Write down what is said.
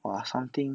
!wah! something